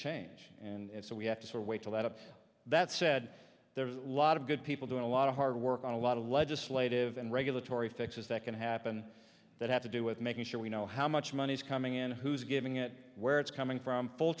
change and so we have to wait till that up that said there's a lot of good people doing a lot of hard work on a lot of legislative and regulatory fixes that can happen that have to do with making sure we know how much money is coming in who's giving it where it's coming from